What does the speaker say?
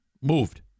Moved